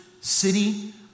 city